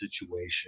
situation